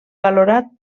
valorat